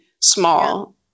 small